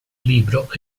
libro